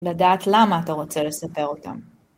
לדעת למה אתה רוצה לספר אותם.